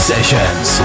sessions